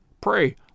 Pray